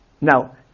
Now